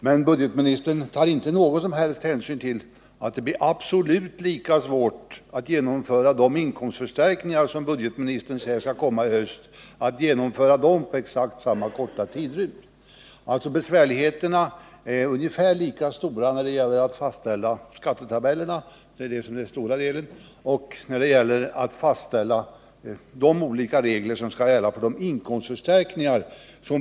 Men budgetministern tar inte någon som helst hänsyn till att det blir absolut lika svårt att inom exakt samma korta tidrymd genomföra de inkomstförstärkningar som budgetministern säger att det skall komma förslag om i höst. Svårigheterna att genomföra de inkomstförstärkningar, vilka budgetministern ännu inte vet ett dugg om vilka de blir, är alltså lika stora som svårigheterna att hinna få fram skatteskalorna.